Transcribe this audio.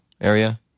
area